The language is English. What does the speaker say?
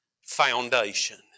foundation